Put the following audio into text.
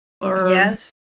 Yes